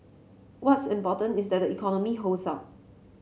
what's important is that the economy holds up